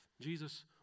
Jesus